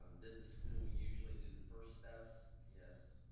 did the school usually do the first steps, yes.